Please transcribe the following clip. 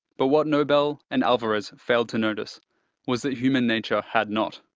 but what nobel, and alvarez, failed to notice was that human nature had not.